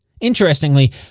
Interestingly